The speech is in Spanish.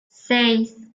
seis